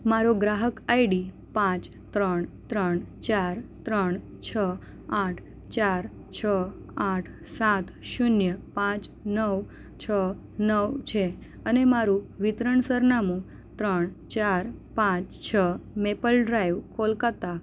મારો ગ્રાહક આઈડી પાંચ ત્રણ ત્રણ ચાર ત્રણ છ આઠ ચાર છ આઠ સાત શૂન્ય પાંચ નવ છ નવ છે અને મારું વિતરણ સરનામું ત્રણ ચાર પાંચ છ મેપલ ડ્રાઇવ કોલકાતા